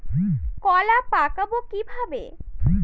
কলা পাকাবো কিভাবে?